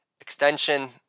extension